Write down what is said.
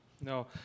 No